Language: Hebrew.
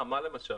מה, למשל?